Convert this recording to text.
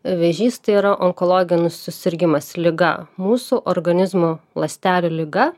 vėžys tai yra onkologinis susirgimas liga mūsų organizmo ląstelių liga